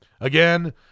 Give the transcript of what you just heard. again